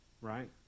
right